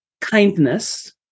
kindness